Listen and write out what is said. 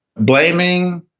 blaming,